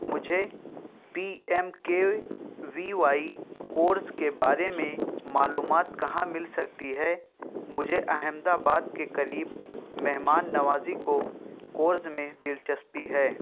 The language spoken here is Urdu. مجھے P M K V Y course کے بارے میں معلومات کہاں مل سکتی ہے مجھے احمد آباد کے قریب مہمان نوازی کو کورس میں دلچسپی ہے